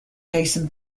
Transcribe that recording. jacen